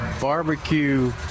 Barbecue